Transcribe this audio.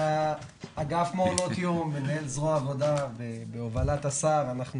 אגף מעונות יום ומנהל זרוע העבודה בהובלת השר,